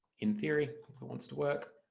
in theory, if it wants to work.